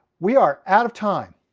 we are out of time.